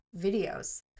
videos